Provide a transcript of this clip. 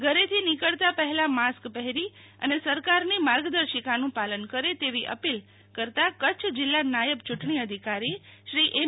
ઘરેથી નીકળતા પહેલા માસ્ક પહેરી અને સરકારની માર્ગદર્શિકાનું પાલન કરે તેવી અપીલ કરતા કચ્છ જિલ્લા નાયબ યુંટણી અધિકારી શ્રી એમ